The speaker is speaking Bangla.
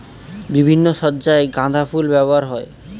বিভিন্ন সজ্জায় গাঁদা ফুল ব্যবহার হয়